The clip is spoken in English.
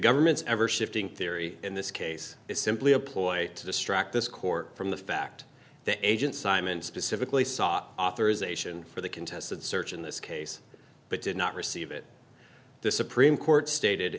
government's ever shifting theory in this case is simply a ploy to distract this court from the fact that agent simon specifically sought authorization for the contested search in this case but did not receive it the supreme court stated